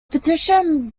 petition